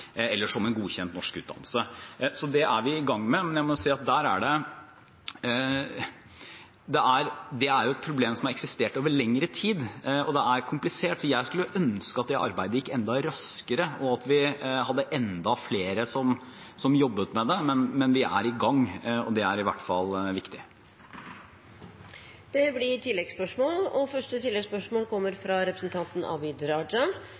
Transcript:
eller få en godkjent norsk utdannelse. Det er vi i gang med. Men det er et problem som har eksistert over lengre tid, og det er komplisert. Så jeg skulle ønske at det arbeidet gikk enda raskere, og at vi hadde enda flere som jobbet med det. Men vi er i gang, og det er i hvert fall viktig. Det blir gitt anledning til oppfølgingsspørsmål – Abid Q. Raja.